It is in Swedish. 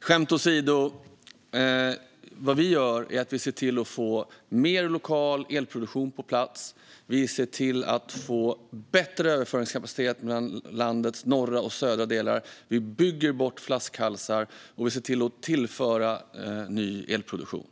Skämt åsido - det vi gör är att se till att få mer lokal elproduktion på plats. Vi ser till att få bättre överföringskapacitet mellan landets norra och södra delar. Vi bygger bort flaskhalsar och ser till att tillföra ny elproduktion.